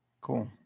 Cool